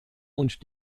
und